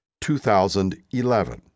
2011